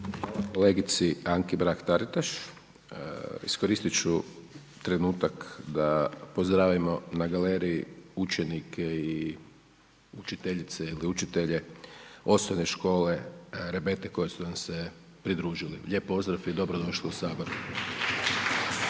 kolegici Anki Mrak-Taritaš. Iskoristit ću trenutak da pozdravimo na galeriji učenike i učiteljice ili učitelje Osnovne škole Rebete koje su nam se pridružili. Lijep pozdrav i dobrodošli u Sabor.